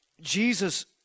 Jesus